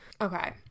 Okay